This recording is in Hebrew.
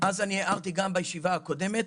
אז הערתי גם בישיבה הקודמת,